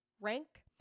rank